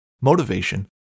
motivation